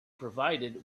provided